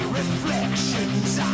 reflections